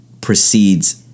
precedes